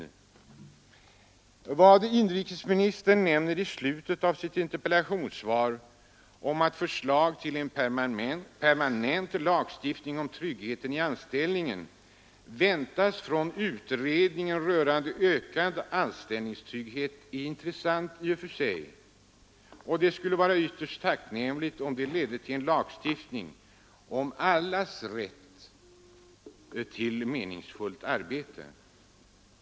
Sedan säger inrikesministern i slutet av interpellationssvaret följande: ”Förslag till en permanent lagstiftning om tryggheten i anställningen väntas från utredningen rörande ökad anställningstrygghet.” Det är i och för sig intressant, och det skulle vara ytterst tacknämligt om det ledde till en lagstiftning om allas rätt till meningsfullt arbete.